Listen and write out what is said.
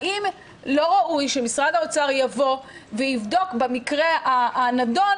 האם לא ראוי שמשרד האוצר יבדוק במקרה הנדון